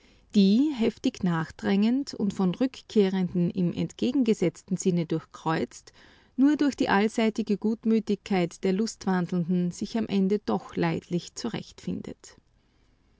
die heftig nachdrängend und von rückkehrenden im entgegengesetzten sinne durchkreuzt nur durch die allseitige gutmütigkeit der lustwandelnden sich am ende doch leidlich zurechtfindet